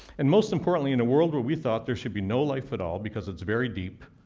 and most importantly, in a world but we thought there should be no life at all because it's very deep,